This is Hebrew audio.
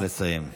נא לסיים.